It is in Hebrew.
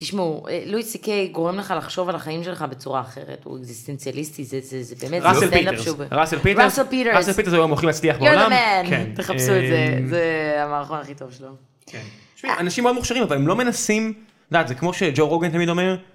תשמעו, לואי סי-קי גורם לך לחשוב על החיים שלך בצורה אחרת, הוא אקזיסטנציאליסטי, זה באמת... ראסל פיטרס. ראסל פיטרס. ראסל פיטרס הוא המוכן הכי מצליח בעולם. אתה המנהל. תחפשו את זה, זה המערכון הכי טוב שלו. כן. אנשים מאוד מוכשרים, אבל הם לא מנסים, זה כמו שגו רגון תמיד אומר,